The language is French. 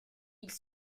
ils